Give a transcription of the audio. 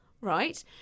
Right